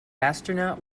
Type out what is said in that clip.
astronaut